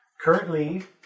Currently